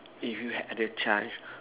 if you had the chance